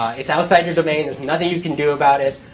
it's outside your domain. there's nothing you can do about it.